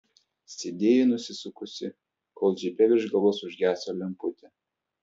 sėdėjo nusisukusi kol džipe virš galvos užgeso lemputė